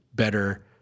better